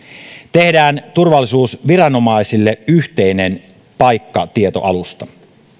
tehdään turvallisuusviranomaisille yhteinen paikkatietoalusta